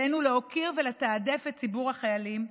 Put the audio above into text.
עלינו להוקיר ולתעדף את ציבור החיילים,